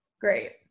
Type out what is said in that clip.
Great